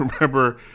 remember